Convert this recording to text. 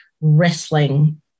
wrestling